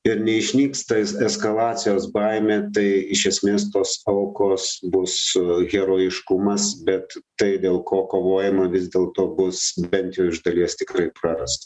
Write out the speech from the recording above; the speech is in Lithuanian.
ir neišnyks ta es eskalacijos baimė tai iš esmės tos aukos bus herojiškumas bet tai dėl ko kovojama vis dėlto bus bent jau iš dalies tikrai prarasta